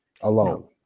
alone